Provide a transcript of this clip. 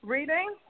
Reading